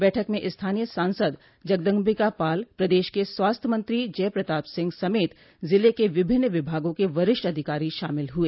बैठक में स्थानीय सांसद जगदम्बिका पाल प्रदेश के स्वास्थ्य मंत्री जय प्रताप सिंह समेत जिले के विभिन्न विभागों के वरिष्ठ अधिकारी शामिल हुए